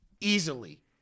easily